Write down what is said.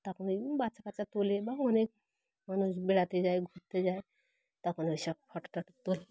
তখন ও বাচ্চা কাচ্চা তোলে বা অনেক মানুষ বেড়াতে যায় ঘুরতে যায় তখন ওই সব ফটো টটো তোলে